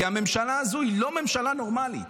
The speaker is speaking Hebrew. כי הממשלה הזו היא לא ממשלה נורמלית,